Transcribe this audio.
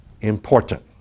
important